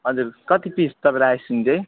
हजुर कति पिस तपाईँलाई आइसक्रिम चाहिँ